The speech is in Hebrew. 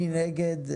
מי נגד?